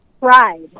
pride